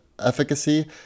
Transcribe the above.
efficacy